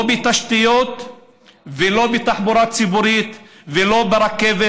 לא בתשתיות ולא בתחבורה ציבורית ולא ברכבת